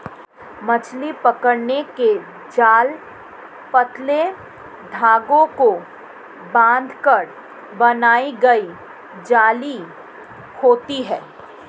मछली पकड़ने के जाल पतले धागे को बांधकर बनाई गई जाली होती हैं